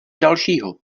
dalšího